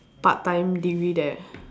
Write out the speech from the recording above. part-time degree there